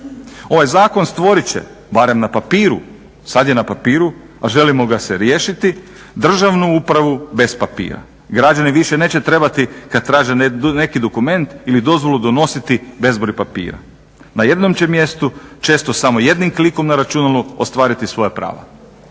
Ovaj zakon stvoriti će, barem na papiru, sada je na papiru a želimo ga se riješiti državnu upravu bez papira. Građani više neće trebati kada traže neki dokument ili dozvolu donositi bezbroj papira. Na jednom će mjestu često samo jednim klikom na računalu ostvariti svoja prava.